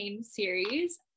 series